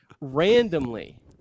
Randomly